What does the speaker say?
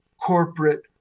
corporate